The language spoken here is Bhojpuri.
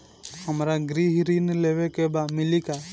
हमरा गृह ऋण लेवे के बा मिली का?